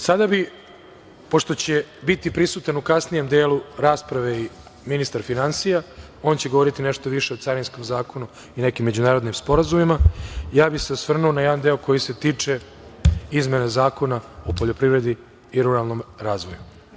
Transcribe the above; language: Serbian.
Sada bih, pošto će biti prisutan u kasnijem delu rasprave i ministar finansija, on će govoriti nešto više o Carinskom zakonu i nekim međunarodnim sporazumima, ja bih se osvrnuo na jedan deo koji se tiče izmene Zakona o poljoprivredi i ruralnom razvoju.